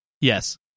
Yes